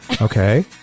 Okay